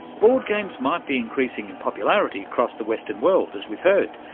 board games might be increasing in popularity across the western world, as we've heard,